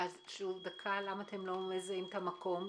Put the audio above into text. למה אתם לא מזהים את המקום,